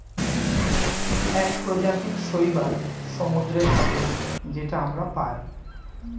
এক প্রজাতির শৈবাল সমুদ্রে থাকে যেটা আমরা পায়